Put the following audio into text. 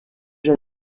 siège